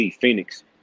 Phoenix